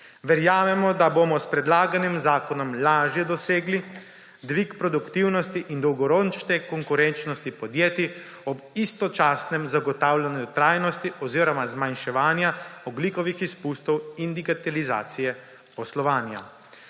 Verjamemo, da bomo s predlaganim zakonom lažje dosegli dvig produktivnosti in dolgoročno konkurenčnost podjetij ob istočasnem zagotavljanju trajnosti oziroma zmanjševanja ogljikovih izpustov in digitalizacije poslovanja.